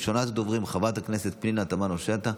ראשונת הדוברים, חברת הכנסת פנינה תמנו שטה,